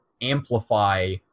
amplify